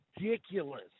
ridiculous